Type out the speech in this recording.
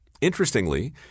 interestingly